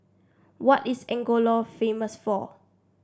what is Angola famous for